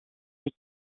les